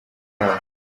yabo